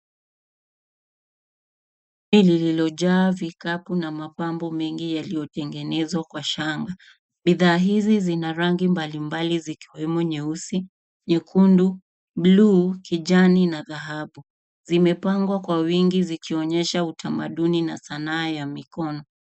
Lililojaa vikapu na mapambo mengi yaliyotengenezwa kwa shanga. bidhaa hizi zinarangi mbalimbali zikiwemo nyeusi, nyekundu, buluu, kijani na dhahabu. Zimepangwa kwa wingi zikionyesha utamaduni na sanaa ya mikono.